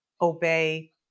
obey